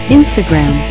instagram